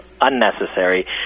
unnecessary